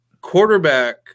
quarterback